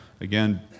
Again